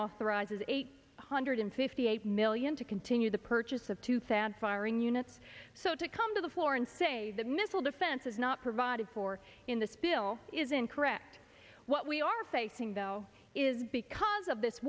authorizes eight hundred fifty eight million to continue the purchase of tooth and firing units so to come to the floor and say the missile defense is not provided for in this bill is incorrect what we are facing though is because of this